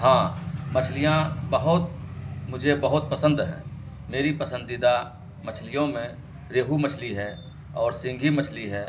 ہاں مچھلیاں بہت مجھے بہت پسند ہیں میری پسندیدہ مچھلیوں میں ریہو مچھلی ہے اور سینگھی مچھلی ہے